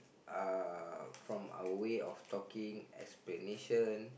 uh from our way of talking explanation